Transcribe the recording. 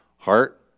Heart